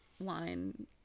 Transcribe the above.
line